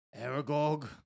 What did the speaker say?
Aragog